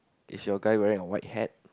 is your guy wearing on white hat